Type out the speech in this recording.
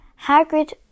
Hagrid